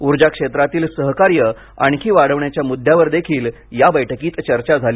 ऊर्जा क्षेत्रातील सहकार्य आणखी वाढविण्याच्या मुद्द्यावर या बैठकीत चर्चा झाली